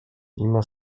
mimo